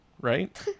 Right